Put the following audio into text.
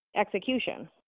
execution